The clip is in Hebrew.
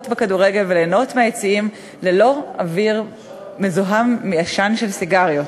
בכדורגל וליהנות ביציעים ללא אוויר מזוהם מעשן של סיגריות.